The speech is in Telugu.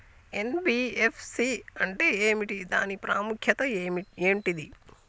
ఎన్.బి.ఎఫ్.సి అంటే ఏమిటి దాని ప్రాముఖ్యత ఏంటిది?